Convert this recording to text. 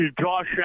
Josh